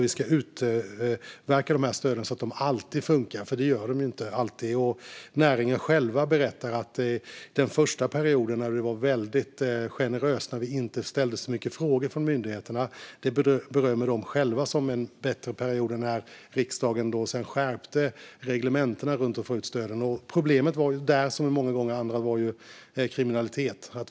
Vi ska utforma stöden så att de alltid funkar, för det gör de inte alltid. Näringarna själva berättar att den första perioden, när vi var väldigt generösa och inte ställde så mycket frågor från myndigheterna, var en bättre period än när riksdagen sedan skärpte reglementena runt att få ut stöden. Problemet där, som många andra gånger, var kriminalitet.